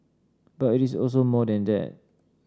but it is also more than that